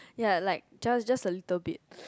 ya like just just a little bit